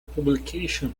publication